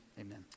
Amen